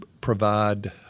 provide